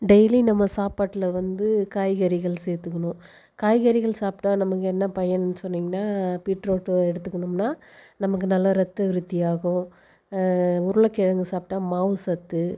daily நம்ம சாப்பாட்டில் வந்து காய்கறிகள் சேர்த்துக்குணும் காய்கறிகள் சாப்பிட்டா நமக்கு என்ன பயன்னு சொன்னிங்கன்னா பீட்ரூட் எடுத்துக்கினோம்னா நமக்கு நல்லா ரத்த விருத்தி ஆகும் உருளைக்கிழங்கு சாப்பிட்டா மாவு சத்து